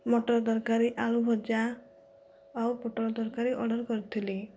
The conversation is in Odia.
ମଟର ତରକାରୀ ଆଳୁ ଭଜା ଆଉ ପୋଟଳ ତରକାରୀ ଅର୍ଡ଼ର କରିଥିଲି